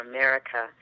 America